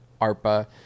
ARPA